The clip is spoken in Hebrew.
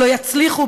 לא יצליחו,